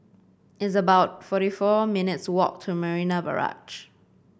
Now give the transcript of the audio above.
it's about forty four minutes' walk to Marina Barrage